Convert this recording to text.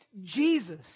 Jesus